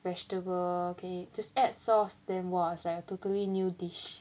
vegetable can just add sauce then !wah! it's like a totally new dish